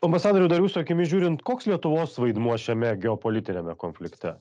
ambasadoriau dar jūsų akimis žiūrint koks lietuvos vaidmuo šiame geopolitiniame konflikte